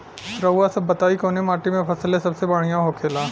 रउआ सभ बताई कवने माटी में फसले सबसे बढ़ियां होखेला?